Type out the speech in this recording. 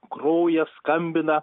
groja skambina